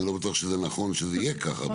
אני לא בטוח שזה נכון שזה יהיה כך.